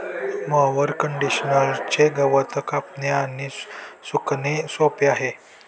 mower कंडिशनरचे गवत कापणे आणि सुकणे सोपे आहे